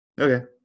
Okay